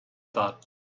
thought